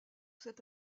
cet